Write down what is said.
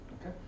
Okay